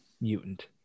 mutant